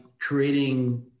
creating